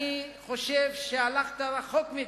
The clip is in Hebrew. אני חושב שהלכת רחוק מדי.